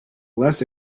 less